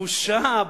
בושה,